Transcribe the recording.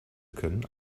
können